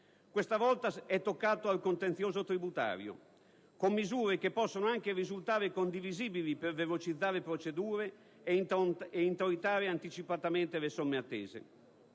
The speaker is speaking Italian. Questa volta è toccato al contenzioso tributario, con misure che possono anche risultare condivisibili per velocizzare procedure ed introitare anticipatamente le somme attese.